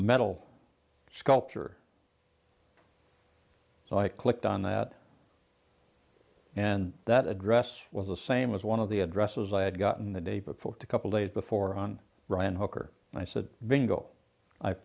metal sculpture so i clicked on that and that address was the same as one of the addresses i had gotten the day before to couple days before on ryan hooker and i said bingo i